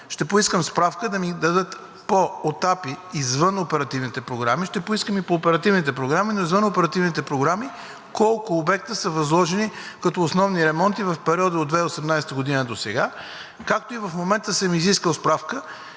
инфраструктура“ да ми дадат извън оперативните програми, ще поискам и по оперативните програми, но извън оперативните програми колко обекта са възложени като основни ремонти в периода от 2018 г. досега, както и в момента съм изискал справка